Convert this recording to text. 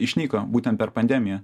išnyko būtent per pandemiją